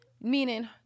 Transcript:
Meaning